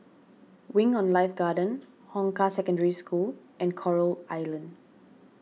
Wing on Life Garden Hong Kah Secondary School and Coral Island